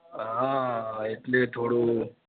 હા હા હા એટલે થોડું